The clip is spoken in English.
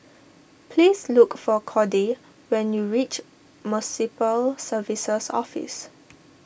please look for Cordie when you reach Municipal Services Office